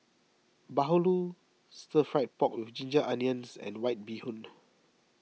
Bahulu Stir Fried Pork with Ginger Onions and White Bee Hoon